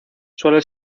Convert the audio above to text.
suele